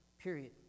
period